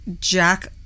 Jack